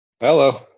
Hello